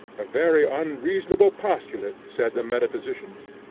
a very unreasonable postulate said the metaphysicians,